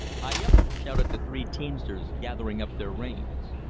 hi! yup! shouted the three teamsters, gathering up their reins.